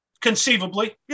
conceivably